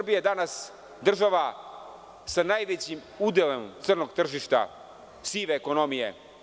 Srbija je danas država sa najvećim udelom crnog tržišta sive ekonomije.